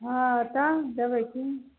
हँ तऽ देबै की